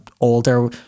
older